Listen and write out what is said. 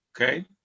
Okay